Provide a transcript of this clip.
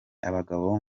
abagabo